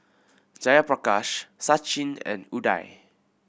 Jayaprakash Sachin and Udai